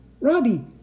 Robbie